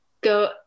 go